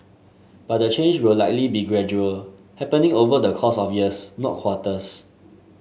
but the change will likely be gradual happening over the course of years not quarters